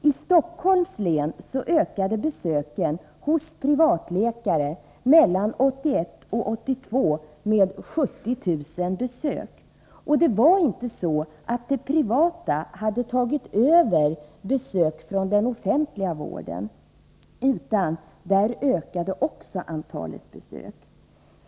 I Stockholms län ökade besöken hos privatläkare från 1981 till 1982 med 70 000 besök. Och det var inte så att det privata hade tagit över patienter från den offentliga vården; också där ökade antalet besök.